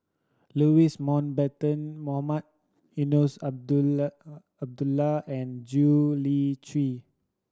Louis Mountbatten Mohamed Eunos Abdullah and Gwee Li Sui